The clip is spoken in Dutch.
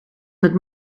met